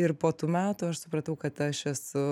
ir po tų metų aš supratau kad aš esu